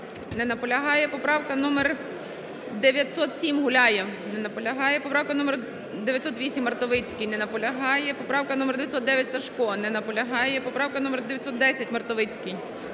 Не наполягає. Поправка номер 907, Гуляєв. Не наполягає. Поправка номер 908, Мартовицький. Не наполягає. Поправка номер 909, Сажко. Не наполягає. Поправка номер 910, Мартовицький.